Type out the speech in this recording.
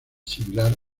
similar